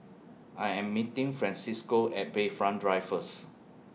I Am meeting Francesco At Bayfront Drive First